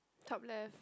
top left